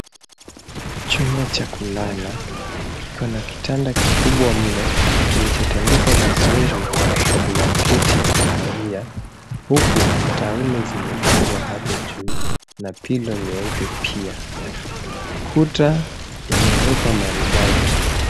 Chumba cha kulala kiko na kitanda kikubwa mno kilichotandikwa vizuri kwa blanketi ya kahawia huku taulo zimepangwa hapo juu na pillow nyeupe pia. Kuta imewekwa maridadi.